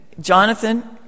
Jonathan